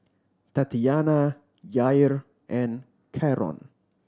Tatyanna Yair and Karon